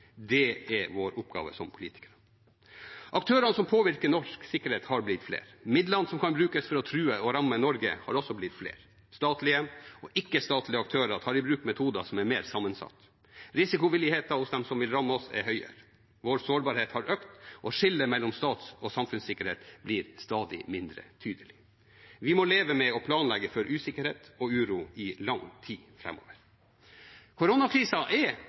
det er vår oppgave som politikere. Aktørene som påvirker norsk sikkerhet, har blitt flere. Midlene som kan brukes for å true og ramme Norge, har også blitt flere. Statlige og ikke-statlige aktører tar i bruk metoder som er mer sammensatt. Risikovilligheten hos dem som vil ramme oss, er høyere. Vår sårbarhet har økt, og skillet mellom stats- og samfunnssikkerhet blir stadig mindre tydelig. Vi må leve med å planlegge for usikkerhet og uro i lang tid framover. Koronakrisa er